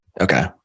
Okay